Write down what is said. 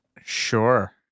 Sure